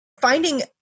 Finding